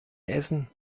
essen